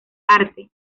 arte